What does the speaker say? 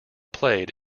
played